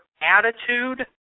attitude